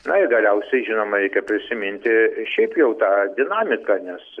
na ir galiausiai žinoma reikia prisiminti šiaip jau tą dinamiką nes